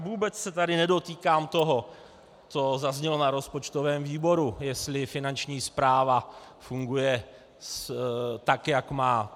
Vůbec se tady nedotýkám toho, co zaznělo na rozpočtovém výboru, jestli Finanční správa funguje, tak jak má.